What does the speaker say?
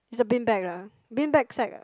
its a bean bag ah bean bag sack ah